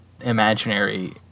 imaginary